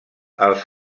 els